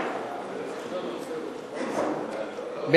אגבאריה לסעיף 2 נתקבלה.